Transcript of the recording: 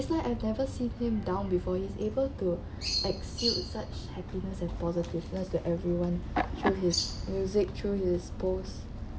it's like I've never seen him down before he's able to exude such happiness and positiveness that everyone through his music through his post